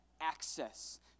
access